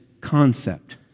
concept